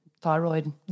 thyroid